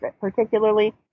particularly